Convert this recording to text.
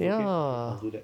okay okay I'll do that